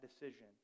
decision